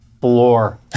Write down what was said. floor